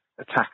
Attack